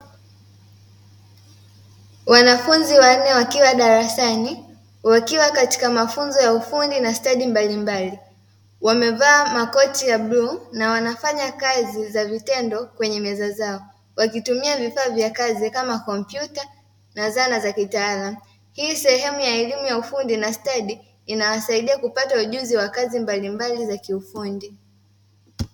Wanafunzi wanne wakiwa darasani wakiwa katika mafunzo ya ufundi na stadi mbalilmbali ,wamevaa makoti ya bluu na wanafanya kazi za vitendo kwenye meza zao wakitumia vifaa vya kazi kama Komputa na zana za kitaalamu. Hii sehemu ya elimu ya ufundi na stadi inasaidia kupata elimu ya ujuzi wa kazi mbalimbali za kiufundi .